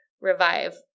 revive